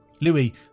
Louis